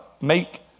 make